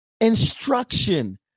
instruction